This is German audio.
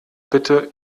bitte